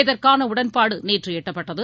இதற்கானஉடன்பாடுநேற்றுஎட்டப்பட்டது